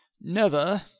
Never